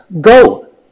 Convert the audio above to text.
Go